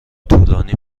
طولانی